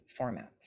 formats